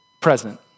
present